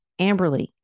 Amberly